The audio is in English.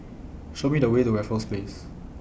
Show Me The Way to Raffles Place